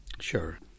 Sure